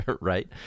Right